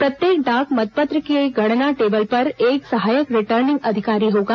प्रत्येक डाक मतपत्र के गणना टेबल पर एक सहायक रिटर्निंग अधिकारी होगा